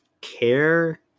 care